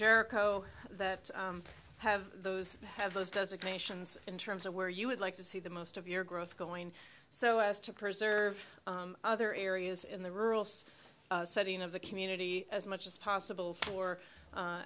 jericho that have those have those does a creations in terms of where you would like to see the most of your growth going so as to preserve other areas in the rural south setting of the community as much as possible for